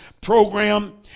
program